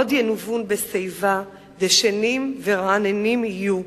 "עוד ינובון בשיבה דשנים ורעננים יהיו",